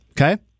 okay